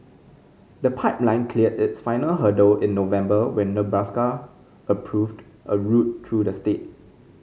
the pipeline cleared its final hurdle in November when Nebraska approved a route through the state